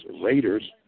Raiders